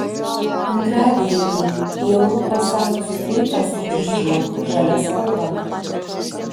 antradienį į europos akcijų rinką sugrįžo žalia spalva